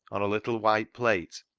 on a little white plate,